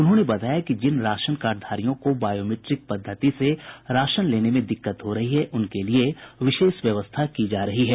उन्होंने बताया कि जिन राशन कार्डधारियों को बायोमिट्रिक पद्धति से राशन लेने में दिक्कत हो रही है उनके लिए विशेष व्यवस्था की जा रही है